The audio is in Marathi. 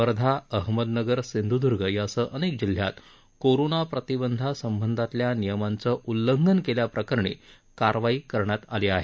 वर्धा अहमदनगर सिंधूद्र्ग यासह अनेक जिल्ह्यात कोरोना प्रतिबंधासंबंधातल्या नियमांचं उल्लंघन केल्याप्रकरणी कारवाई करण्यात आली आहे